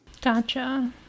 Gotcha